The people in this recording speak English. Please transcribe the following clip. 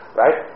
right